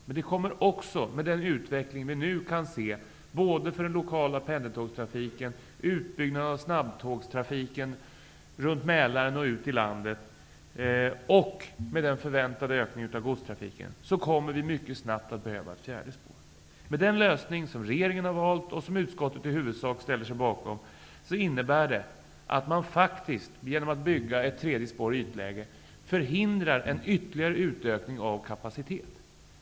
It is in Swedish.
Men det kommer också, med den utveckling vi nu kan se för den lokala pendeltågstrafiken, med utbyggnaden av snabbtågstrafiken runt Mälaren och ut i landet och med den förväntade ökningen av godstrafiken, mycket snabbt att behövas ett fjärde spår. Men den lösning som regeringen har valt, och som utskottet i huvudsak ställer sig bakom, innebär att man faktiskt genom att bygga ett tredje spår i ytläge förhindrar en ytterligare utökning av kapacitet.